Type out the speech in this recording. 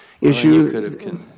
issue